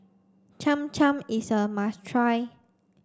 Cham Cham is a must try